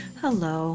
hello